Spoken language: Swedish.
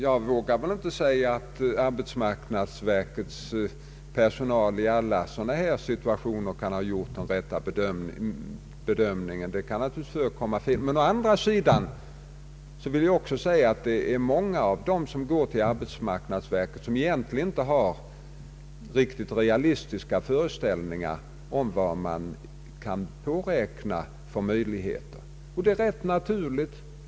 Jag vågar inte säga att arbetsmarknadsverkets personal i alla situationer kunnat göra den rätta bedömningen — naturligtvis kan det förekomma fel — men å andra sidan vill jag också säga att många av dem som önskar utbildning egentligen inte har realistiska föreställningar om vilka möjligheter som kan påräknas. Och det är rätt naturligt.